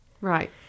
Right